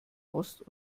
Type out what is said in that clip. ost